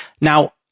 now